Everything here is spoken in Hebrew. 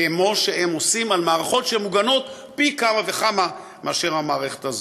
כמו שהם עושים במערכות שהן מוגנות פי כמה וכמה מהמערכת הזאת.